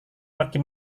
pergi